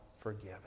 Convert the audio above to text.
forgiven